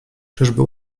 czyżby